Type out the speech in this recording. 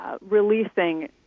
releasing